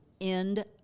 end